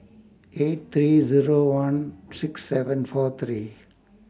eight three Zero one six seven four three